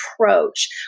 approach